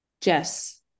Jess